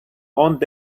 aunt